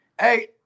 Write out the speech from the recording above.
Hey